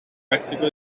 mexico